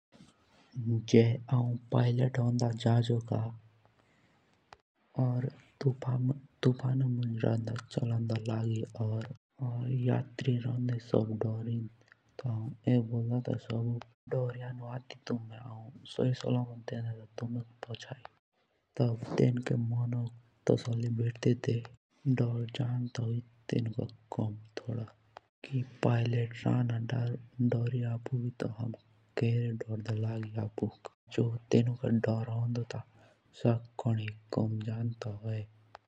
जे अनु पैलेट होन्डा झाझो का और तुफानो मुँज रोंडा वालंदा लागि तो यात्री सब रोंडे ते डोरी तो हनु ये बोल्दा था। तेणुक की दूरिया नु थुम्हे हौ तुमुक सही सलामत डेंदा पहुँचाई जेइके तुम्हारे जानो। तब तिन्के मनोक कोनिक तसली भेटदी ती जो तेणुका डोर होन्डा था सा कोनिक कम जांदा ता होइ।